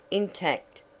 intact,